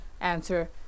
answer